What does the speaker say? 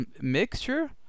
mixture